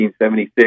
1976